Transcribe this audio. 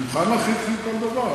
אני מוכן להכין אתכם כל דבר,